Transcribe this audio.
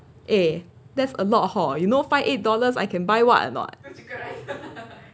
eh there's a lot hor you know five eight dollars I can buy what or not